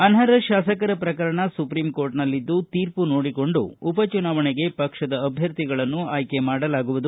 ಅನರ್ಹ ಶಾಸಕರ ಪ್ರಕರಣ ಸುಪ್ರಿಂ ಕೋರ್ಟನಲ್ಲಿದ್ದು ತೀರ್ಮ ನೋಡಿಕೊಂಡು ಉಪಚುನಾವಣೆಗೆ ಪಕ್ಷದ ಅಭ್ಯರ್ಥಿಗಳನ್ನು ಆಯ್ಕೆ ಮಾಡಲಾಗುವುದು